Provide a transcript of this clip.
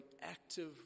active